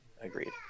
Agreed